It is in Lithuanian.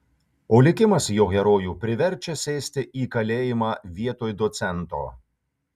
o likimas jo herojų priverčia sėsti į kalėjimą vietoj docento